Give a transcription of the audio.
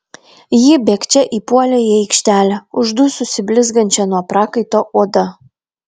ji bėgčia įpuolė į aikštelę uždususi blizgančia nuo prakaito oda